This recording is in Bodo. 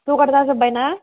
जगार जाजोबबाय ना